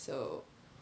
so